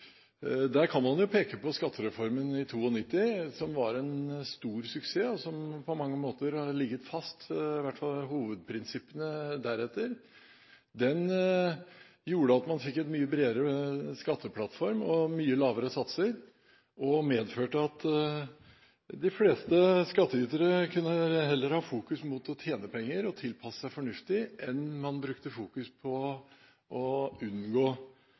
Der kan man peke på skattereformen i 1992, som var en stor suksess, og som deretter på mange måter har ligger fast, i hvert fall hovedprinsippene. Den gjorde at man fikk en mye bredere skatteplattform og mye lavere satser, og den medførte at de fleste skattytere heller kunne ha fokus på å tjene penger og tilpasse seg fornuftig, enn å ha fokus på å unngå